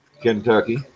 Kentucky